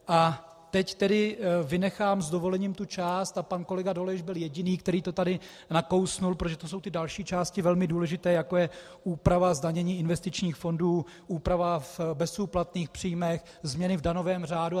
A teď tedy vynechám s dovolením tu část, a pan kolega Dolejš byl jediný, který to tady nakousl, protože to jsou ty další části velmi důležité, jako je úprava zdanění investičních fondů, úprava v bezúplatných příjmech, změny v daňovém řádu atd.